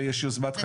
ויש יוזמת חקיקה.